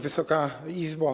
Wysoka Izbo!